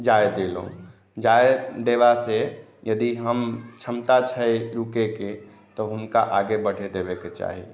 जाय दे लोग जाय देबा से यदि हम क्षमता छै रुके के तऽ हुनका आगे बढे देबे के चाही